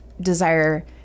desire